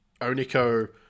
Oniko